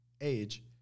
age